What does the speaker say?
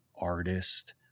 Artist